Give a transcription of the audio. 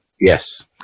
yes